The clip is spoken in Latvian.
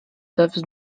tavas